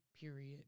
period